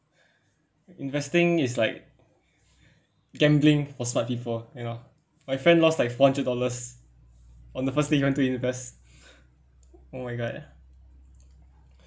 investing is like gambling for smart people you know my friend lost like four hundred dollars on the first day he want to invest oh my god ya